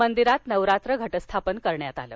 मंदिरात नवरात्र घट स्थापन करण्यात आले